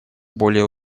более